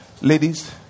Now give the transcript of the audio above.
Ladies